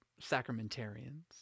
sacramentarians